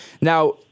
Now